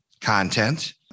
content